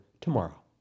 tomorrow